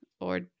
or-